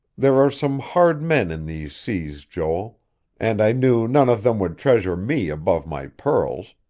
there are some hard men in these seas, joel and i knew none of them would treasure me above my pearls.